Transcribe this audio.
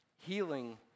Healing